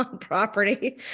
Property